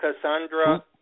Cassandra